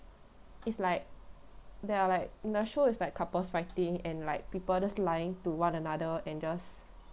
it's like they are like in the show it's like couples fighting and like people just lying to one another and just